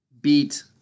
beat